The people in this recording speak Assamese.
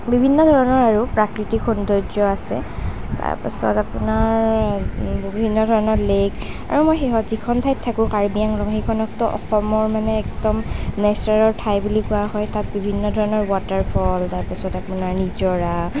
বিভিন্ন ধৰণৰ আৰু প্ৰাকৃতিক সৌন্দৰ্য আছে তাৰপিছত আপোনাৰ বিভিন্ন ধৰণৰ লেক আৰু মই সিহঁতৰ যিখন ঠাইত থাকোঁ কাৰ্বি আংলং সেইখনটো অসমৰ মানে একদম নেচাৰেল ঠাই বুলি কোৱা হয় তাত বিভিন্ন ধৰণৰ ৱাটাৰফল তাৰপিছত আপোনাৰ নিজৰা